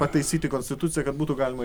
pataisyti konstituciją kad būtų galima